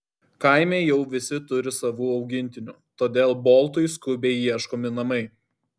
kaime jau visi turi savų augintinių todėl boltui skubiai ieškomi namai